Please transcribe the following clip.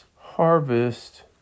harvest